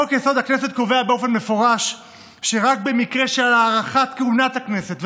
חוק-יסוד: הכנסת קובע באופן מפורש שרק במקרה של הארכת כהונת הכנסת,